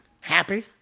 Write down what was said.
Happy